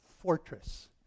Fortress